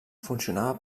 funcionava